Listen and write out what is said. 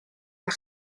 par